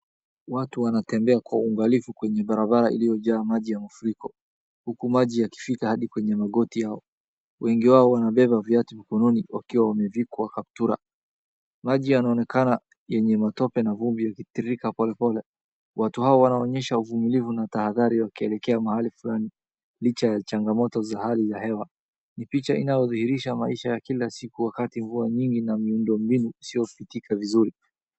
Watu wanatembea kwa uangalifu kwenye barabara iliyojaa maji ya mafuriko, huku maji yakifika hadi kwenye magoti yao. Wengi wao wanabeba viatu mkononi wakiwa wamevikwa kaptura. Maji yanaonekana yenye matope na vumbi ikitirirka polepole. Watu hao wanaonyesha uvumilivu na tahadhari wakielekea mahali fulani licha ya changamoto za hali ya hewa. Ni picha inayodhihirisha maisha ya kila siku wakati mvua nyingi na miundo mbinu isiyopitika vizuri.